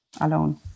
alone